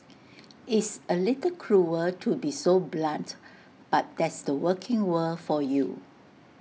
it's A little cruel were to be so blunt but that's the working world for you